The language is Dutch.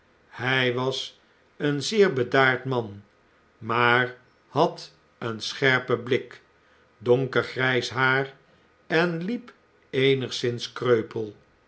hij was een zeer bedaard man maar had een scherpen blik donkergrjjs haar en hep eenigszins kreupel